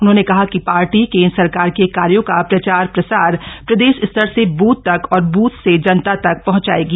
उन्होंने कहा कि पार्टी केन्द्र सरकार के कार्यो का प्रचार प्रसार प्रदेशस्तर से ब्रथ तक और ब्थ से जनता तक पहंचायेगी